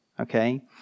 okay